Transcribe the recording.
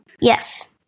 Yes